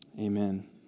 Amen